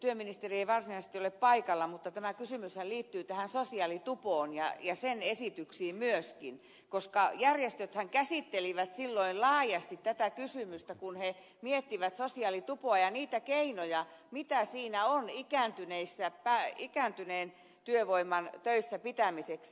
työministeri ei varsinaisesti ole paikalla mutta tämä kysymyshän liittyy tähän sosiaalitupoon ja sen esityksiin myöskin koska järjestöthän käsittelivät silloin laajasti tätä kysymystä kun ne miettivät sosiaalitupoa ja niitä keinoja mitä siinä on ikääntyneen työvoiman töissä pitämiseksi